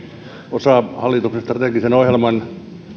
osa hallituksen strategisen ohjelman